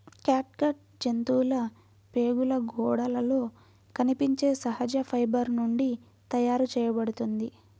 catgut జంతువుల ప్రేగుల గోడలలో కనిపించే సహజ ఫైబర్ నుండి తయారు చేయబడుతుంది